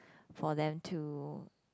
for them to